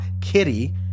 Kitty